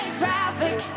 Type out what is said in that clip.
traffic